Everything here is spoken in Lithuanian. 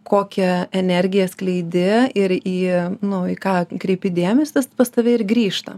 kokią energiją skleidi ir į nu į ką kreipi dėmesį tas pas tave ir grįžta